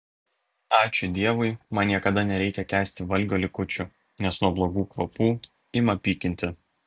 ačiū dievui man niekada nereikia kęsti valgio likučių nes nuo blogų kvapų ima pykinti